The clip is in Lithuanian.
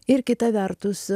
ir kita vertus